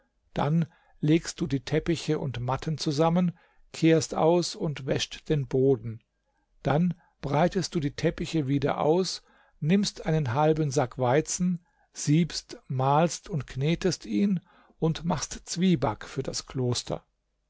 dann legst du die teppiche und matten zusammen kehrst aus und wäschst den boden dann breitest du die teppiche wieder aus nimmst einen halben sack weizen siebst mahlst und knetest ihn und machst zwieback für das kloster